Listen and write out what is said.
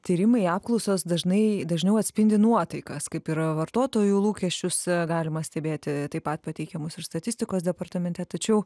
tyrimai apklausos dažnai dažniau atspindi nuotaikas kaip ir vartotojų lūkesčius galima stebėti taip pat pateikiamus ir statistikos departamente tačiau